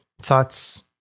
thoughts